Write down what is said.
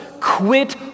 quit